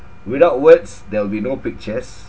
without words there'll be no pictures